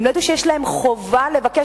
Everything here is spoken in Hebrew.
אם הם לא ידעו שיש עליהם חובה לבקש